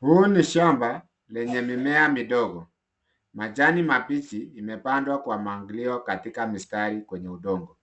Huu ni shamba lenye mimea midogo . Majani mabichi yamepangwa kwa mpangilio katika mistari kwenye udongo.